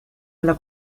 alla